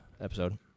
episode